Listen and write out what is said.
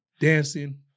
Dancing